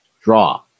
draw